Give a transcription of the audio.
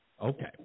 Okay